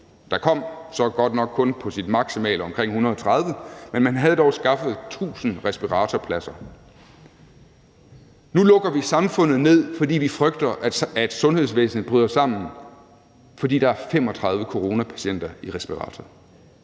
Der kom så godt nok kun på sit maksimale omkring 130, men man havde dog skaffet 1.000 respiratorpladser. Nu lukker vi samfundet ned, fordi vi frygter, at sundhedsvæsenet bryder sammen, fordi der er 35 coronapatienter i respirator.